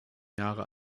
jahre